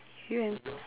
you have